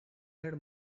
had